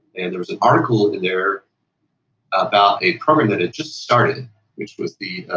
and there was an article in there about a permanent, it just started which was the